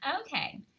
Okay